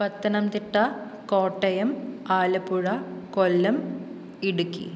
Pathanamthitta Kottayam Alappuzha Kollam Idukki